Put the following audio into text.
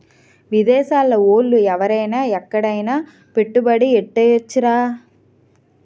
విదేశాల ఓళ్ళు ఎవరైన ఎక్కడైన పెట్టుబడి ఎట్టేయొచ్చురా